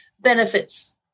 benefits